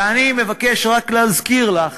ואני מבקש רק להזכיר לך,